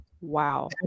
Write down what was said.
Wow